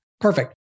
Perfect